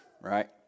right